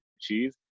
cheese